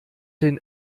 den